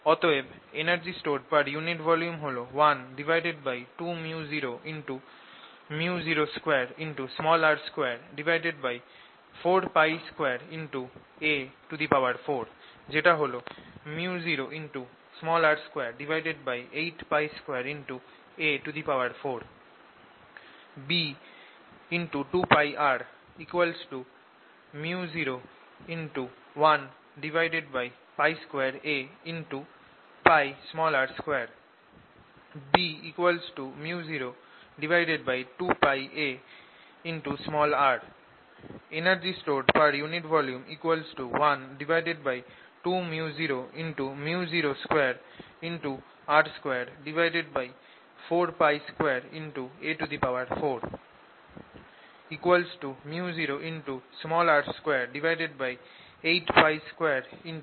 অতএব energy stored per unit volume হল 12µo µ02r242a4 যেটা হল µ0r282a4